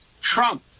Trump